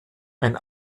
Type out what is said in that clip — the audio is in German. ein